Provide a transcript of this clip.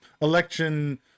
election